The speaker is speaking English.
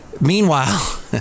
Meanwhile